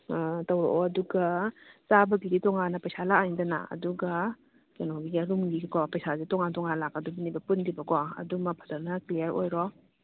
ꯑꯥ ꯇꯧꯔꯛꯑꯣ ꯑꯗꯨꯒ ꯆꯥꯕꯒꯤꯗꯤ ꯇꯣꯉꯥꯟꯅ ꯄꯩꯁꯥ ꯂꯥꯛꯑꯅꯤꯗꯅ ꯑꯗꯨꯒ ꯀꯩꯅꯣꯒꯤ ꯔꯨꯝꯒꯤꯁꯨꯀꯣ ꯄꯩꯁꯥꯁꯤ ꯇꯣꯉꯥꯟ ꯇꯣꯉꯥꯟ ꯂꯥꯛꯀꯗꯕꯅꯦꯕ ꯄꯨꯟꯗꯦꯕꯀꯣ ꯑꯗꯨꯃ ꯐꯖꯅ ꯀ꯭ꯂꯤꯌꯥꯔ ꯑꯣꯏꯔꯣ